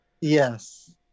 yes